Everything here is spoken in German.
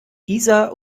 isa